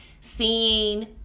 seeing